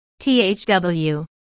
THW